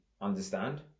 understand